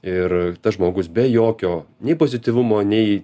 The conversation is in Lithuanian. ir tas žmogus be jokio nei pozityvumo nei